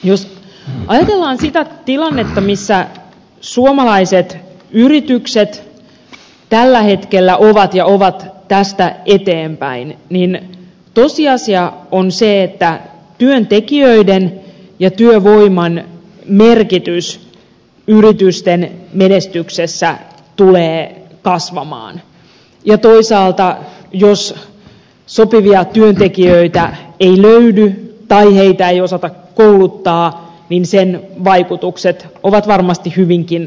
jos ajatellaan sitä tilannetta missä suomalaiset yritykset tällä hetkellä ovat ja ovat tästä eteenpäin niin tosiasia on se että työntekijöiden ja työvoiman merkitys yritysten menestyksessä tulee kasvamaan ja toisaalta jos sopivia työntekijöitä ei löydy tai heitä ei osata kouluttaa sen vaikutukset ovat varmasti hyvinkin haitalliset